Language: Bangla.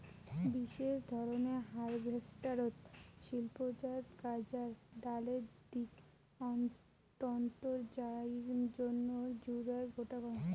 বিশেষ ধরনের হারভেস্টারত শিল্পজাত গাঁজার ডালের দিক তন্তুর জইন্যে জুদায় গোটো করাং হই